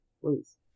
Please